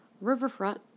Riverfront